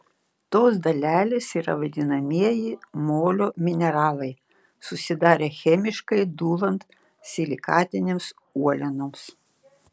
tos dalelės yra vadinamieji molio mineralai susidarę chemiškai dūlant silikatinėms uolienoms